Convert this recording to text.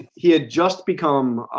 he had just become